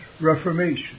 reformation